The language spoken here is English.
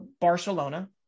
Barcelona